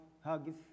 hugs